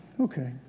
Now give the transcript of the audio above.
okay